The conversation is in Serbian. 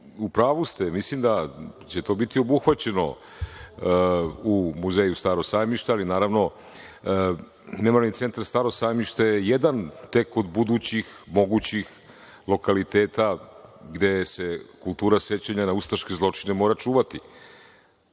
u pravu ste, mislim da će to biti obuhvaćeno u muzeju Staro sajmište, ali memorijalni centar Staro sajmište je tek jedan od budućih, mogućih lokaliteta gde se kultura sećanja na ustaške zločine mora čuvati.